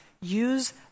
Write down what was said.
use